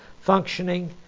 functioning